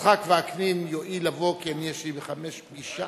יצחק וקנין יואיל לבוא, כי יש לי ב-17:00 פגישה.